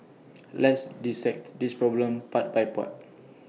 let's dissect this problem part by part